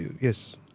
yes